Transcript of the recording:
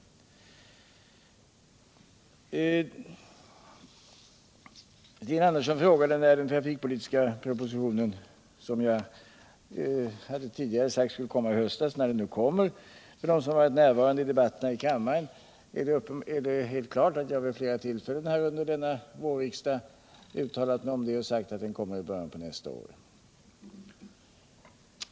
Stina Andersson frågade när den trafikpolitiska propositionen kommer; jag hade ju tidigare sagt att den skulle komma i höstas. För dem som har varit närvarande vid debatterna i kammaren är det helt klart att jag vid flera tillfällen under våren har uttalat att den kommer i början av nästa år.